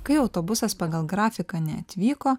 kai autobusas pagal grafiką neatvyko